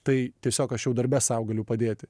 tai tiesiog aš jau darbe sau galiu padėti